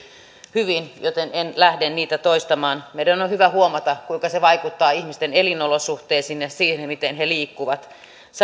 hyvin joten en lähde sitä toistamaan meidän on on hyvä huomata kuinka se vaikuttaa ihmisten elinolosuhteisiin ja siihen miten he liikkuvat